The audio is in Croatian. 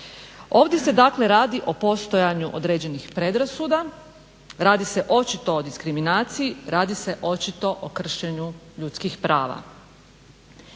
Ovdje se dakle radi o postojanju određenih predrasuda, radi se očito o diskriminaciji, radi se očito o kršenju ljudskih prava.